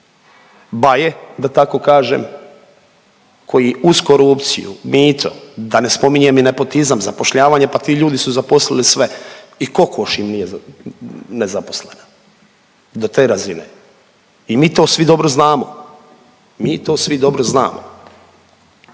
baje da tako kažem koji uz korupciju, mito da ne spominjem i nepotizam, zapošljavanje, pa ti ljudi su zaposlili sve i kokoš im nije nezaposlena do te razine i mi to svi dobro znamo, mi to svi dobro znamo.